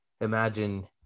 imagine